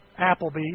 Applebee's